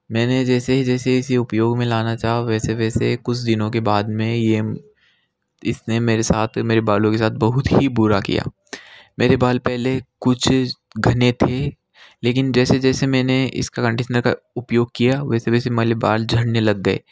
मैंने जैसे ही जैसे इसे उप्योग लाना चाहा वैसे वैसे कुछ दिनों के बाद में ये इस ने मेरे साथ मेरे बालों के साथ बहुत ही बुरा किया मेरे बाल पहले कुछ घने थे लेकन जैसे जैसे मैंने इसका कंडीशनर का उपयोग किया वैसे वैसे हमारे बाल झड़ने लग गए